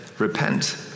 repent